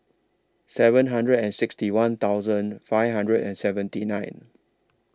seven hundred and sixty one thousand five hundred and seventy nine